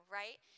right